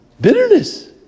Bitterness